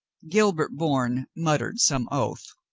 gilbert bourne muttered some oath.